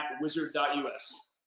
wizard.us